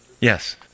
Yes